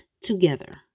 together